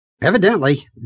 Evidently